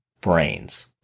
brains